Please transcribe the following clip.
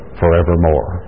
forevermore